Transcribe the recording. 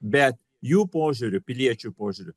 bet jų požiūriu piliečių požiūriu